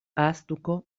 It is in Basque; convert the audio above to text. ahaztuko